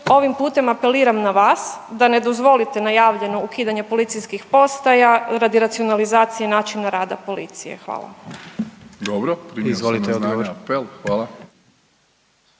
ovim putem apeliram na vas da ne dozvolite najavljeno ukidanje policijskih postaja radi racionalizacije načina rada policije. Hvala.